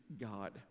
God